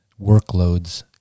workloads